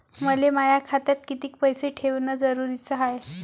मले माया खात्यात कितीक पैसे ठेवण जरुरीच हाय?